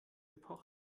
epoche